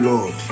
Lord